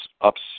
ups